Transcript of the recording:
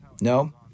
No